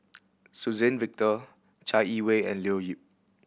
Suzann Victor Chai Yee Wei and Leo Yip